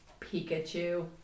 Pikachu